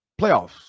playoffs